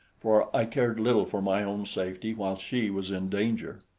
for i cared little for my own safety while she was in danger.